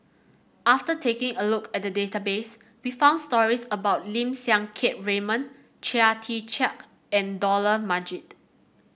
after taking a look at the database we found stories about Lim Siang Keat Raymond Chia Tee Chiak and Dollah Majid